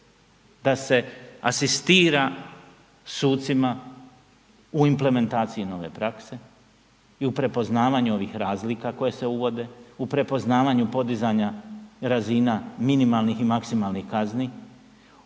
da se asistira sucima u implementaciji nove prakse i u prepoznavanju ovih razlika koje se uvode, u prepoznavanju podizanja razina minimalnih i maksimalnih kazni.